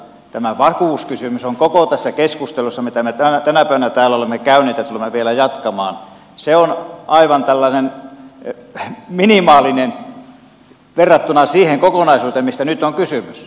tämä vakuuskysymys on koko tässä keskustelussa mitä me tänä päivänä täällä olemme käyneet ja tulemme vielä jatkamaan aivan tällainen minimaalinen verrattuna siihen kokonaisuuteen mistä nyt on kysymys